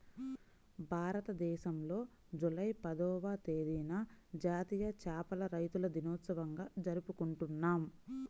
భారతదేశంలో జూలై పదవ తేదీన జాతీయ చేపల రైతుల దినోత్సవంగా జరుపుకుంటున్నాం